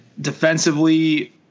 defensively